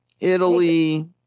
Italy